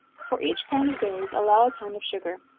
for each pound of berries, allow a pound of sugar.